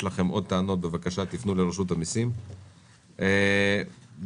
לפנות לרשות המסים במידה ויש לכם עוד טענות.